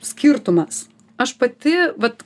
skirtumas aš pati vat